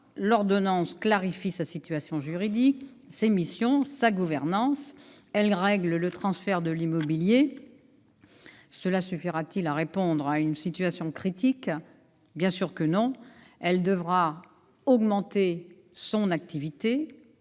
L'ordonnance clarifie la situation juridique, les missions et la gouvernance de l'Agence. Elle règle le transfert du parc immobilier. Cela suffira-t-il à répondre à une situation critique ? Bien sûr que non. L'AFPA devra augmenter son activité,